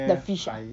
the fish ah